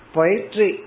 Poetry